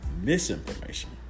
misinformation